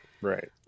right